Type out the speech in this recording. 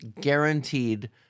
guaranteed